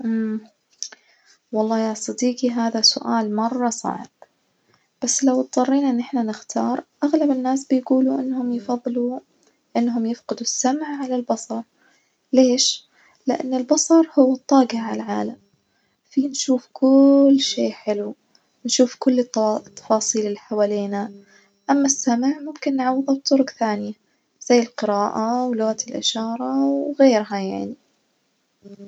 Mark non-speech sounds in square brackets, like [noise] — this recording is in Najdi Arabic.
[hesitation] والله يا صديجي هذا سؤال مرة صعب، بس لو اضطرينا إن احنا نختار، أغلب الناس بيجولوا إنهم يفضلوا إنهم يفقدوا السمع على البصر، ليش؟ لإن البصر هو الطاجة على العالم فيه نشوف كل شي حلو، نشوف كل التفاصيل الحوالينا، أما السمع ممكن نعوضه بطرق تانية زي القراءة ولغة الإشارة وغيرها يعني.